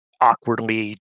awkwardly